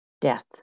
death